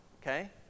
okay